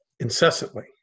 incessantly